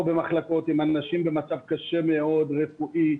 במחלקות עם אנשים במצב רפואי קשה מאוד,